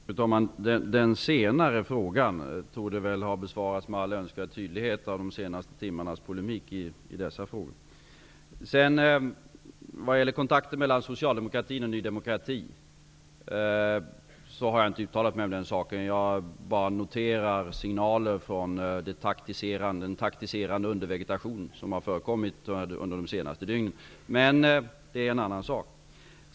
Fru talman! Den senare frågan torde väl med all önskvärd tydlighet ha besvarats av de senaste timmarnas polemik i dessa frågor. När det sedan gäller kontakten mellan Socialdemokraterna och Ny demokrati har jag inte uttalat mig om den saken. Jag bara noterar signaler från den taktiserande undervegetation som har förekommit under de senaste dygnen. Men det är en annan sak.